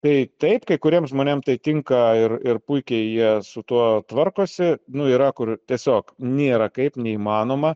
tai taip kai kuriem žmonėm tai tinka ir ir puikiai jie su tuo tvarkosi nu yra kur tiesiog nėra kaip neįmanoma